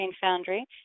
Foundry